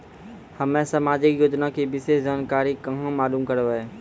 हम्मे समाजिक योजना के विशेष जानकारी कहाँ मालूम करबै?